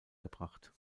gebracht